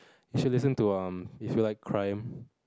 you should listen to um if you like crime